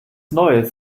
neues